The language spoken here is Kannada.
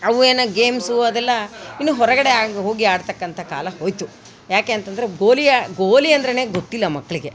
ಅವು ಏನು ಗೇಮ್ಸು ಅದೆಲ್ಲ ಇನ್ನು ಹೊರಗಡೆ ಆಗಿ ಹೋಗಿ ಆಡ್ತಕ್ಕಂಥ ಕಾಲ ಹೋಯ್ತು ಯಾಕೆ ಅಂತಂದ್ರೆ ಗೋಲಿ ಆ ಗೋಲಿ ಅಂದ್ರೆಯೇ ಗೊತ್ತಿಲ್ಲ ಮಕ್ಳಿಗೆ